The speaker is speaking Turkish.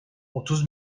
otuz